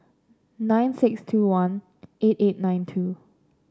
nine six two one eight eight nine two